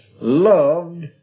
loved